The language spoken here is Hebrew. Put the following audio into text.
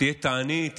תהיה תענית,